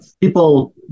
people